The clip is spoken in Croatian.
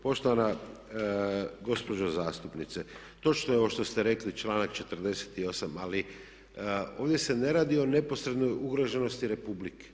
Poštovana gospođo zastupnice, točno je ovo što ste rekli članak 48. ali ovdje se ne radi o neposrednoj ugroženosti Republike.